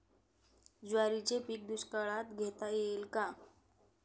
ज्वारीचे पीक दुष्काळात घेता येईल का?